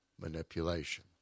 manipulation